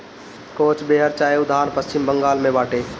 कोच बेहर चाय उद्यान पश्चिम बंगाल में बाटे